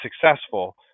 successful